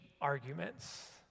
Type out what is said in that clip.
arguments